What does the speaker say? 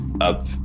up